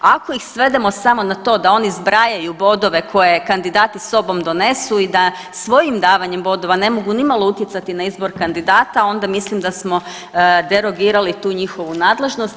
Ako ih svedemo samo na to da oni zbrajaju koje kandidati sobom donesu i da svojim davanjem bodova ne mogu nimalo utjecati na izbor kandidata onda mislim da smo derogirali tu njihovu nadležnost.